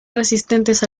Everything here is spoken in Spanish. resistentes